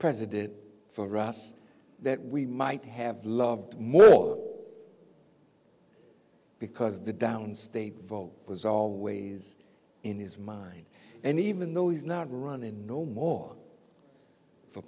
president for us that we might have loved more because the downstate vote was always in his mind and even though he's not running norm or for